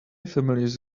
families